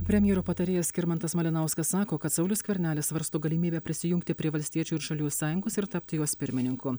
premjero patarėjas skirmantas malinauskas sako kad saulius skvernelis svarsto galimybę prisijungti prie valstiečių ir žaliųjų sąjungos ir tapti jos pirmininku